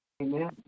Amen